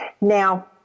Now